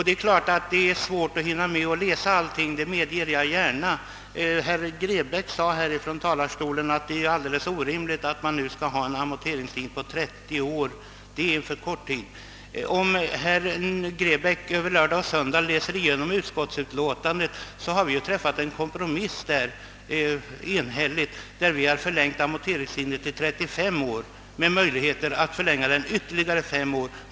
Det är svårt att hinna med att läsa allt, det medger jag gärna. Herr Grebäck sade från talarstolen att det är alldeles orimligt med en så kort amorteringstid som 30 år. Om herr Grebäck över lördag— söndag läser utskottsutlåtandet, kommer han att finna att vi gjort en enhällig kompromiss, innebärande att amorteringstiden förlängts till 35 år med möjligheter att förlänga den ytterligare fem år.